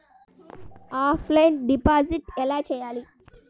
Offline deposit ఎలా చేయాలి?